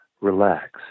relax